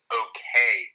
okay